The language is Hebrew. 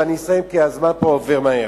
ואני אסיים כי הזמן פה עובר מהר.